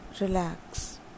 relax